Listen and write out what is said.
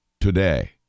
today